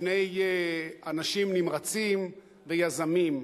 בפני אנשים נמרצים ויזמים.